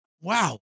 Wow